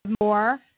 more